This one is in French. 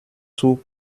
tout